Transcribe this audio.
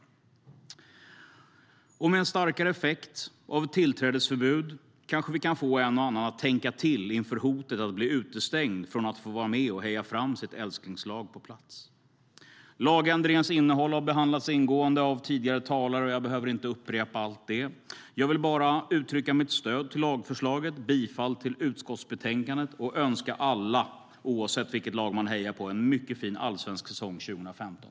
Med en starkare effekt av ett tillträdesförbud kanske vi kan få en och annan att tänka till inför hotet att bli utestängd från att få vara med och heja fram sitt älsklingslag på plats. Lagändringens innehåll har behandlats ingående av tidigare talare och jag behöver inte upprepa allt detta. Jag vill bara uttrycka mitt stöd för lagförslaget. Jag yrkar bifall till utskottets förslag till beslut och önskar alla, oavsett vilket lag man hejar på, en mycket fin allsvensk säsong 2015.